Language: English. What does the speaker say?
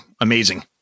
amazing